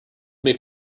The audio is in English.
made